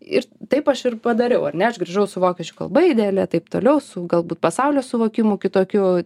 ir taip aš ir padariau ar ne aš grįžau su vokiečių kalba idealia taip toliau su galbūt pasaulio suvokimu kitokiu